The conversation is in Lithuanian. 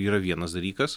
yra vienas dalykas